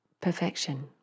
perfection